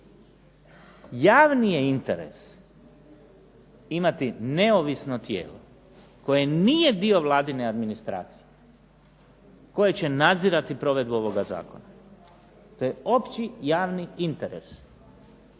Javni je interes imati neovisno tijelo, koje nije dio vladine administracije, koje će nadzirati provedbu ovoga zakona. To je opći javni interes.